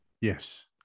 Yes